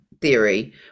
theory